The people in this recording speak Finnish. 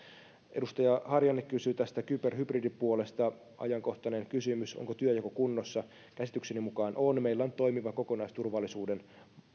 edustaja harjanne kysyi tästä kyber hybdridipuolesta ajankohtainen kysymys onko työnjako kunnossa käsitykseni mukaan on meillä on toimiva kokonaisturvallisuuden